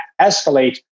escalate